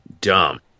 dumb